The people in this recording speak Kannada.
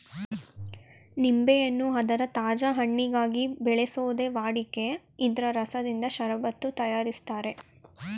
ನಿಂಬೆಯನ್ನು ಅದರ ತಾಜಾ ಹಣ್ಣಿಗಾಗಿ ಬೆಳೆಸೋದೇ ವಾಡಿಕೆ ಇದ್ರ ರಸದಿಂದ ಷರಬತ್ತು ತಯಾರಿಸ್ತಾರೆ